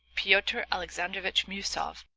pyotr alexandrovitch miusov,